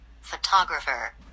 Photographer